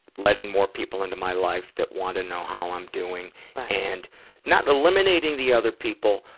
letting more people into my life that want to know how i'm doing and not eliminating the other people,